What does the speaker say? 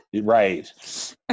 Right